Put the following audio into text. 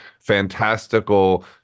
fantastical